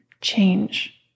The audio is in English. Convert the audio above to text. change